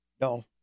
No